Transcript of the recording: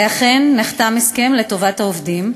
ואכן נחתם הסכם לטובת העובדים,